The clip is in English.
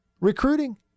recruiting